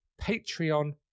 Patreon